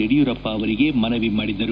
ಯಡಿಯೂರಪ್ಪ ಅವರಿಗೆ ಮನವಿ ಮಾಡಿದರು